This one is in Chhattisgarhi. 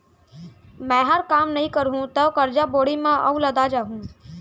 मैंहर काम नइ करहूँ तौ करजा बोड़ी म अउ लदा जाहूँ